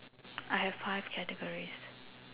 I have five categories